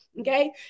Okay